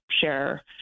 share